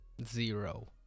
Zero